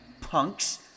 punks